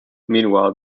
meanwhile